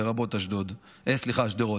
לרבות שדרות.